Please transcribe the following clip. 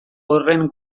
horren